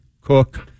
cook